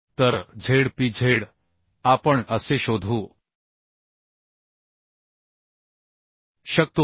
तर z p z आपण असे शोधू शकतो